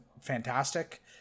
fantastic